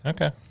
Okay